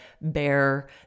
bear